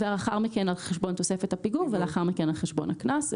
לאחר מכן על חשבון תוספת הפיגור ולאחר על חשבון הקנס.